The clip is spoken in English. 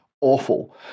awful